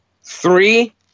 three